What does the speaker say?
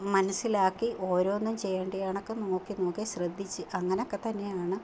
മനസ്സിലാക്കി ഓരോന്നും ചെയ്യേണ്ടിയ കണക്ക് നോക്കി നോക്കി ശ്രദ്ധിച്ച് അങ്ങനെയൊക്കെ തന്നെയാണ്